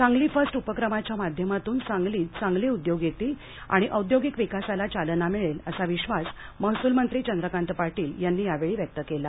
Sangli first उपक्रमाच्या माध्यमातून सांगलीत चांगले उदयोग येतील आणि औद्योगिक विकासाला चालना मिळेल असा विश्वास महसूल मंत्री चंद्रकांत पाटील यांनी यावेळी व्यक्त केला